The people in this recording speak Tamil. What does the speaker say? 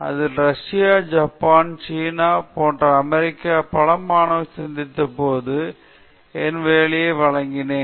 இதில் ரஷ்யா ஜப்பான் சீனா மற்றும் அமெரிக்காவிலிருந்து பல மாணவர்கள் சந்தித்தபோது நான் என் வேலையை வழங்கினேன்